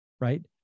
right